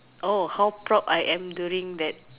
oh how proud I am during that